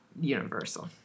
universal